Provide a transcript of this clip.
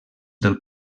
del